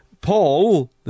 Paul